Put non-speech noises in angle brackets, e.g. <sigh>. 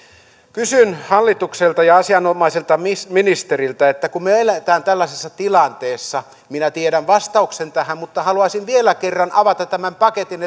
kysyn hallitukselta ja asianomaiselta ministeriltä että kun me elämme tällaisessa tilanteessa minä tiedän vastauksen tähän mutta haluaisin vielä kerran avata tämän paketin <unintelligible>